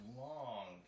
long